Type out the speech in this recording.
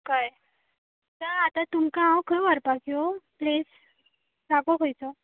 कळ्ळें त आतां तुमकां हांव खंय व्हरपाक येवं प्लेस जागो खंयचो